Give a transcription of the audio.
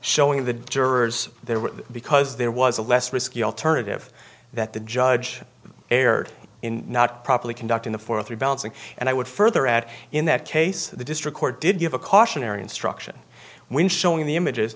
showing the jurors there were because there was a less risky alternative that the judge erred in not properly conducting the fourth rebalancing and i would further add in that case the district court did give a cautionary instruction when showing the images